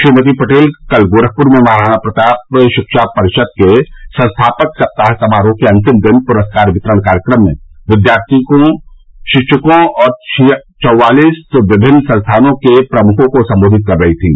श्रीमती पटेल कल गोरखपुर में महाराणा प्रताप शिक्षा परिषद के संस्थापक सप्ताह समारोह के अंतिम दिन पुरस्कार वितरण कार्यक्रम में विद्यार्थियों शिक्षकों और छियालीस विभिन्न संस्थानों के प्रमुखों को संबोधित कर रही थीं